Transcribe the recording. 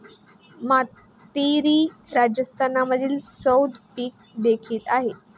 मातीरी हे राजस्थानमधील झैद पीक देखील आहे